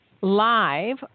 live